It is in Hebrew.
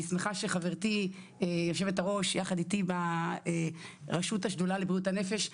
אני שמחה שחברתי יושבת הראש יחד איתי ברשות השדולה לבריאות הנפש,